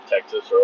Texas